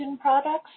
products